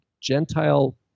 Gentile